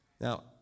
Now